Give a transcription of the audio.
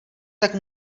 tak